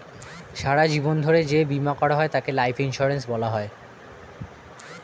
সারা জীবন ধরে যে বীমা করা হয় তাকে লাইফ ইন্স্যুরেন্স বলা হয়